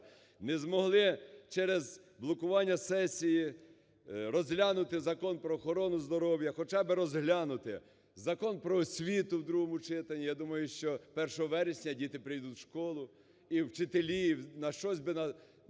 не змогли через блокування сесії розглянути Закон про охорону здоров'я, хоча би розглянути, Закон про освіту в другому читанні, я думаю, що 1 вересня діти прийдуть в школу і вчителі на щось би на...